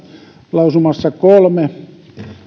lausumassa kolme